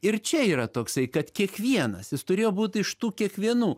ir čia yra toksai kad kiekvienas jis turėjo būt iš tų kiekvienų